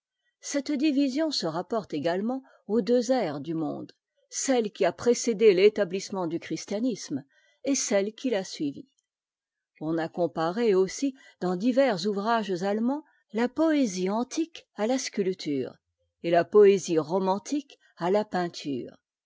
cette division se rapporte également aux deux ères du monde celle qui a précédé l'établissement du christianisme et celle qui l'a suivi on a comparé aussi dans divers ouvrages allemands la poésie antique à la sculpture et la poésie romantique à la peinture